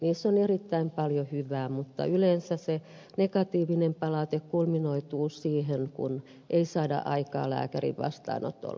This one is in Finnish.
niissä on erittäin paljon hyvää mutta yleensä se negatiivinen palaute kulminoituu siihen kun ei saada aikaa lääkärin vastaanotolle